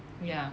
ya